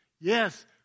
yes